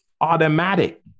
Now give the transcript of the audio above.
automatic